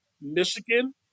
Michigan